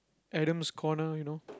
Adam's corner you know